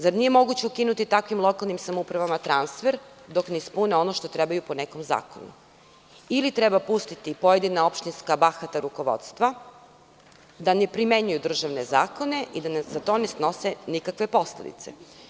Zar nije moguće ukinuti takvim lokalnim samoupravama transfer dok ne ispune ono što trebaju po nekom zakonu, ili treba pustiti pojedina opštinska bahata rukovodstva da ne primenjuju državne zakone i da za to ne snose nikakve posledice?